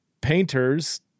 painters